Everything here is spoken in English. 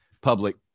public